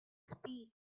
speed